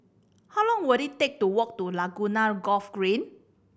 how long will it take to walk to Laguna Golf Green